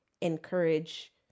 encourage